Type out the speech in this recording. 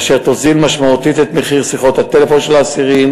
אשר תוזיל משמעותית את מחיר שיחות הטלפון של האסירים